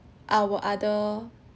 our other